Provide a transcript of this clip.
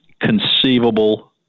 conceivable